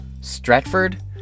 Stratford